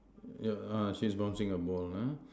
yeah uh she's bouncing a ball uh